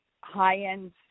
high-end